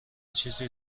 چیزی